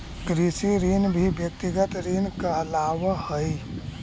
कृषि ऋण भी व्यक्तिगत ऋण कहलावऽ हई